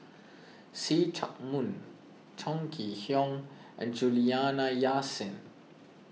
See Chak Mun Chong Kee Hiong and Juliana Yasin